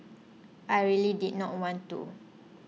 I really did not want to